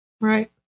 Right